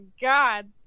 god